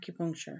acupuncture